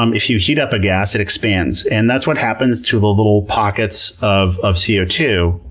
um if you heat up a gas it expands. and that's what happens to the little pockets of of c o two,